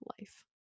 life